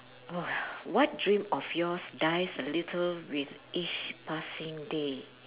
well what dream of yours dies a little with each passing day